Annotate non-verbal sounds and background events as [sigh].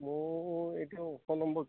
মোৰ এতিয়া [unintelligible]